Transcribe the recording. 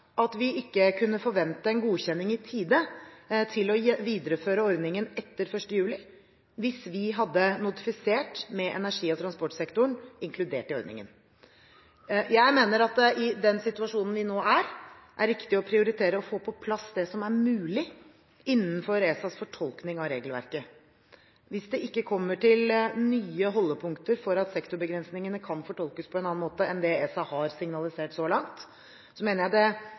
at vi ikke kunne forvente en godkjenning i tide til å videreføre ordningen etter 1. juli hvis vi hadde notifisert med energi- og transportsektoren inkludert i ordningen. Jeg mener at det i den situasjonen vi nå er i, er riktig å prioritere å få på plass det som mulig innenfor ESAs fortolkning av regelverket. Hvis det ikke kommer til nye holdepunkter for at sektorbegrensningene kan fortolkes på en annen måte enn det ESA har signalisert så langt, mener jeg at dette er det